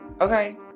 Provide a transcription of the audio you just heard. okay